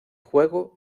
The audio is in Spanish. juego